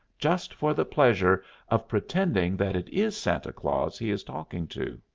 just for the pleasure of pretending that it is santa claus he is talking to.